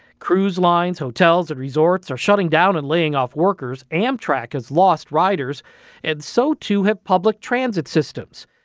cruise lines, hotels and resorts are shutting down and laying off workers. amtrak has lost riders and so, too, have public transit systems.